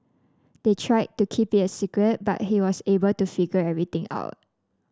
they tried to keep it a secret but he was able to figure everything out